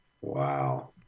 Wow